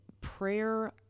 prayer